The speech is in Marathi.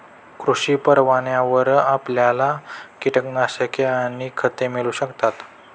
कृषी परवान्यावर आपल्याला कीटकनाशके आणि खते मिळू शकतात